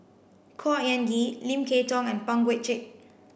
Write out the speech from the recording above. Khor Ean Ghee Lim Kay Tong and Pang Guek Cheng